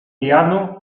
piano